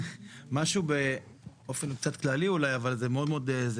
משהו באופן קצת כללי אולי, אבל זה מאוד מאוד זה.